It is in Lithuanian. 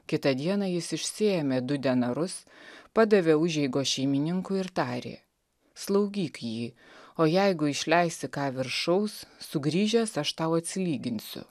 kitą dieną jis išsiėmė du denarus padavė užeigos šeimininkui ir tarė slaugyk jį o jeigu išleisi ką viršaus sugrįžęs aš tau atsilyginsiu